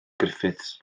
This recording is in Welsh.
griffiths